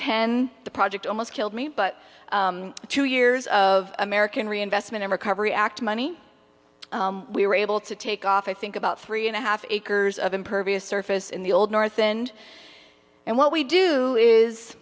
ten the project almost killed me but two years of american reinvestment and recovery act money we were able to take off i think about three and a half acres of impervious surface in the old north and and what we do is